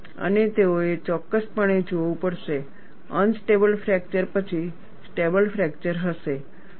અને તેઓએ ચોક્કસપણે જોવું પડશે અનસ્ટેબલ ફ્રેકચર પછી સ્ટેબલ ફ્રેકચર હશે